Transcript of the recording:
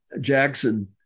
Jackson